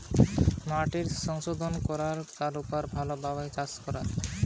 মাটিকে সংশোধন কোরে তার উপর ভালো ভাবে চাষ করে